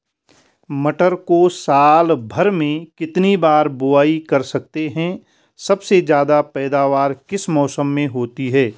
मटर को साल भर में कितनी बार बुआई कर सकते हैं सबसे ज़्यादा पैदावार किस मौसम में होती है?